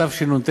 התשנ"ט